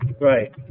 Right